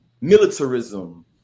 militarism